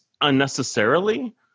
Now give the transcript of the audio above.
unnecessarily